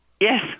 Yes